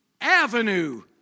avenue